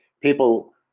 people